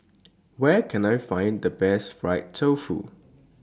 Where Can I Find The Best Fried Tofu